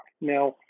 Now